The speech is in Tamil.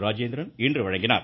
ராஜேந்திரன் இன்று வழங்கினார்